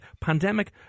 Pandemic